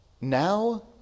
Now